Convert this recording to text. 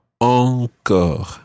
Encore